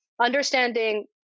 understanding